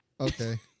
okay